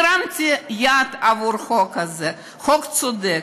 הרמתי יד עבור החוק הזה, חוק צודק.